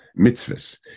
mitzvahs